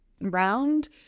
round